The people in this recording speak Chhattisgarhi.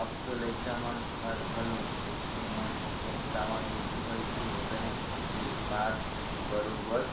अब तो लइका मन हर घलो मइनसे मन ल सावाचेती होय के रहें के बात हे बरोबर